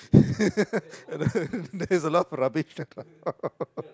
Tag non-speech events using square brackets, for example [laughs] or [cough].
[laughs] there's a lot of rubbish around [laughs]